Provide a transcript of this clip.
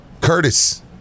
Curtis